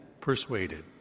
persuaded